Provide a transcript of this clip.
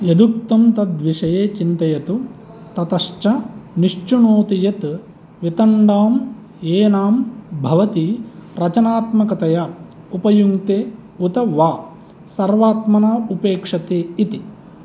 यदुक्तं तद्विषये चिन्तयतु ततश्च निश्चिनोतु यत् वितण्डाम् एनां भवती रचनात्मकतया उपयुङ्क्ते उत वा सर्वात्मना उपेक्षते इति